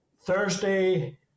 Thursday